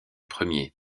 premier